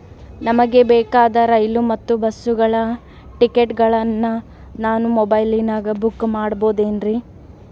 ನಮಗೆ ಬೇಕಾದ ರೈಲು ಮತ್ತ ಬಸ್ಸುಗಳ ಟಿಕೆಟುಗಳನ್ನ ನಾನು ಮೊಬೈಲಿನಾಗ ಬುಕ್ ಮಾಡಬಹುದೇನ್ರಿ?